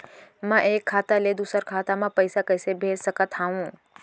मैं एक खाता ले दूसर खाता मा पइसा कइसे भेज सकत हओं?